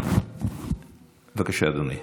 בבקשה, אדוני.